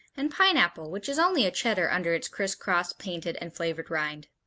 and pineapple, which is only a cheddar under its crisscrossed, painted and flavored rind.